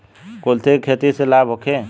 कुलथी के खेती से लाभ होखे?